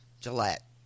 Gillette